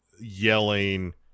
Yelling